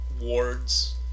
wards